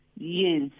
yes